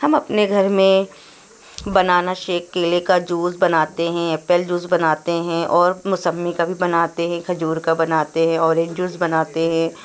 ہم اپنے گھر میں بنانا شیک کیلے کا جوس بناتے ہیں ایپل جوس بناتے ہیں اور موسمبی کا بھی بناتے ہیں کھجور کا بناتے ہیں اورینج جوس بناتے ہیں